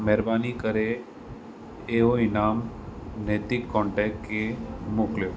महिरबानी करे इहो इनाम नैतिक कॉन्टेक्ट खे मोकिलियो